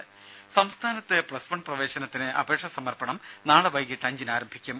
രുമ സംസ്ഥാനത്ത് plus one പ്രവേശനത്തിന് അപേക്ഷ സമർപ്പണം നാളെ വൈകീട്ട് അഞ്ചിന് ആരംഭിക്കും